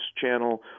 channel